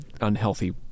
unhealthy